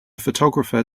photographer